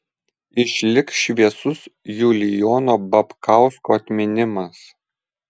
išliks šviesus julijono babkausko atminimas